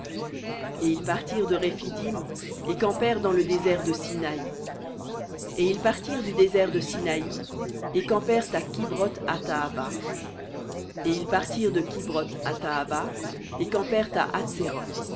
et ils partirent de rephidim et campèrent dans le désert de sinaï et ils partirent du désert de sinaï et campèrent à kibroth hattaava et ils partirent de kibroth hattaava et campèrent à